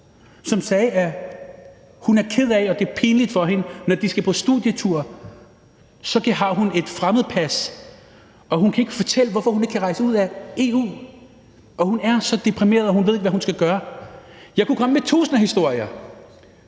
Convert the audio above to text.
som sagde, at hun er ked af og det er pinligt for hende, at hun, når de skal på studietur, så har et fremmedpas, og hun ikke kan fortælle, hvorfor hun ikke kan rejse ud af EU, og hun er så deprimeret, og hun ved ikke, hvad hun skal gøre. Jeg kunne komme med tusinder af historier,